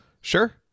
Sure